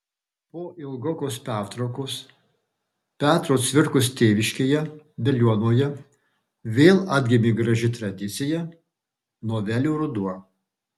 po ilgokos pertraukos petro cvirkos tėviškėje veliuonoje vėl atgimė graži tradicija novelių ruduo